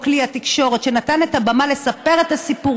כלי התקשורת שנתן את הבמה לספר את הסיפור,